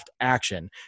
action